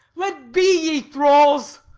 let be, ye thralls!